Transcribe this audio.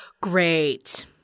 Great